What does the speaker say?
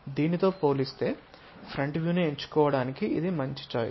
దీనితో పోలిస్తే ఫ్రంట్ వ్యూను ఎంచుకోవడానికి ఇది మంచి చాయిస్